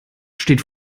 steht